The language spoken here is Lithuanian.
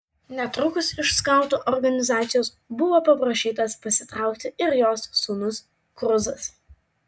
netrukus iš skautų organizacijos buvo paprašytas pasitraukti ir jos sūnus kruzas